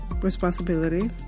responsibility